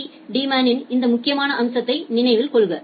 B டீமானின் இந்த முக்கியமான அம்சத்தை நினைவில் கொள்க